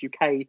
UK